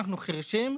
החירשים,